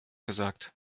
gesagt